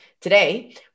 Today